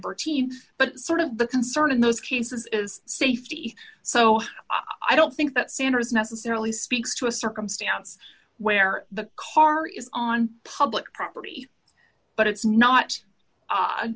teams but sort of the concern in those cases is safety so i don't think that sanders necessarily speaks to a circumstance where the car is on public property but it's not